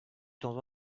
temps